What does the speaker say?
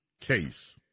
case